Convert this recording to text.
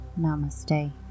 Namaste